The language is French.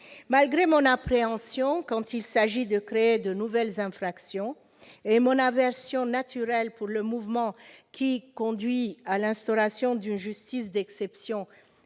de mon appréhension quand il s'agit de créer de nouvelles infractions et de mon aversion naturelle pour le mouvement qui conduit à l'instauration d'une justice d'exception